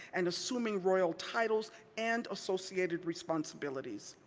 and assuming royal titles and associated responsibilities.